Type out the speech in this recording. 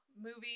movies